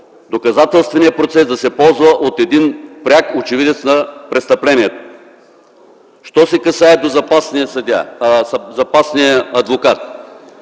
доказателственият процес да се ползва от един пряк очевидец на престъплението. Що се касае до запасния адвокат,